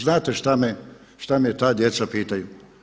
Znate šta me ta djeca pitaju?